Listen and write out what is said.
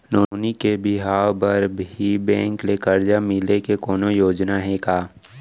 नोनी के बिहाव बर भी बैंक ले करजा मिले के कोनो योजना हे का?